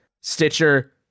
Stitcher